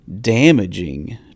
damaging